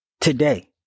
today